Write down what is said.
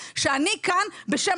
אני רוצה להגיד לכם, חברי